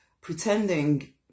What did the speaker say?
pretending